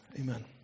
amen